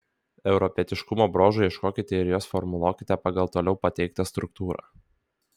europietiškumo bruožų ieškokite ir juos formuluokite pagal toliau pateiktą struktūrą